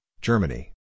Germany